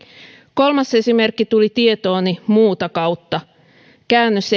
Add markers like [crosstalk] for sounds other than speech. kolmas esimerkki tuli tietooni muuta kautta käännös [unintelligible]